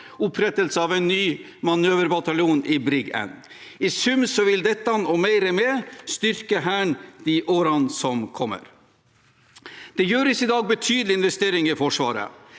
opprettelse av en ny manøverbataljon i Brigade Nord. I sum vil dette og mer med styrke Hæren i årene som kommer. Det gjøres i dag betydelige investeringer i Forsvaret,